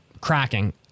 cracking